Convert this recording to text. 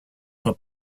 for